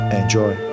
Enjoy